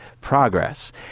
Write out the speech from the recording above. progress